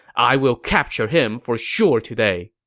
i will capture him for sure today!